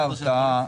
לגבי ההרתעה,